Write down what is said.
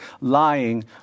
lying